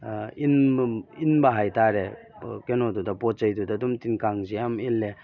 ꯏꯟꯕ ꯏꯟꯕ ꯍꯥꯏꯇꯥꯔꯦ ꯀꯩꯅꯣꯗꯨꯗ ꯄꯣꯠ ꯆꯩꯗꯨꯗ ꯑꯗꯨꯝ ꯇꯤꯟ ꯀꯥꯡꯁꯤ ꯌꯥꯝ ꯏꯜꯂꯦ